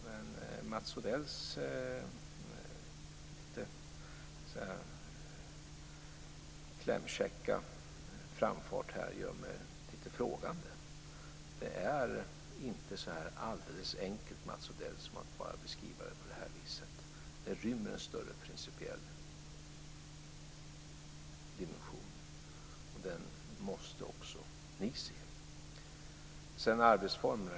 Men Mats Odells lite klämkäcka framfart gör mig lite frågande. Det är inte så där alldeles enkelt, Mats Odell, att bara beskriva det på det här viset. Det rymmer en större principiell dimension, och den måste också ni se. Sedan om arbetsformerna.